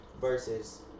Versus